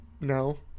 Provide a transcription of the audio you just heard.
No